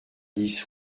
dix